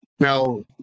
Now